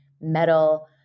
metal